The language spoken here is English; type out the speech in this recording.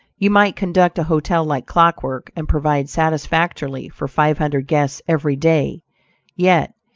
you might conduct a hotel like clock-work, and provide satisfactorily for five hundred guests every day yet,